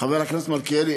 חבר הכנסת מלכיאלי,